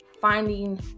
finding